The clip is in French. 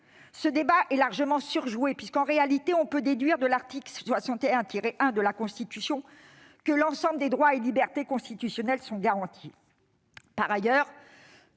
Ce débat est largement surjoué. On peut en effet déduire de l'article 61-1 de la Constitution que l'ensemble des droits et libertés constitutionnels sont « garantis